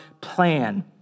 plan